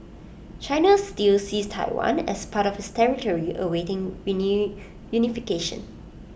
China still sees Taiwan as part of its territory awaiting reunification